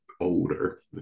older